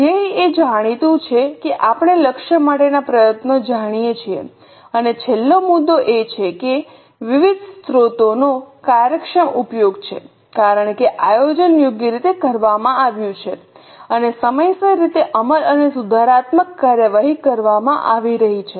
ધ્યેય એ જાણીતું છે કે આપણે લક્ષ્ય માટેના પ્રયત્નો જાણીએ છીએ અને છેલ્લો મુદ્દો એ છે કે વિવિધ સ્રોતોનો કાર્યક્ષમ ઉપયોગ છે કારણ કે આયોજન યોગ્ય રીતે કરવામાં આવ્યું છે અને સમયસર રીતે અમલ અને સુધારાત્મક કાર્યવાહી કરવામાં આવી રહી છે